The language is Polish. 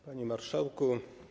Panie Marszałku!